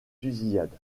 fusillade